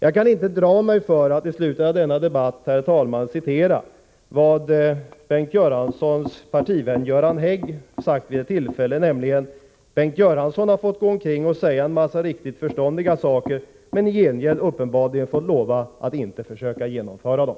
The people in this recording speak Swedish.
Jag kan inte dra mig för att i slutet av denna debatt, herr talman, citera vad Bengt Göranssons partivän Göran Hägg har sagt vid ett tillfälle. ”Bengt Göransson har fått gå omkring och säga en massa riktigt förståndiga saker, men i gengäld uppenbarligen fått lova att inte försöka genomföra dem.”